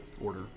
order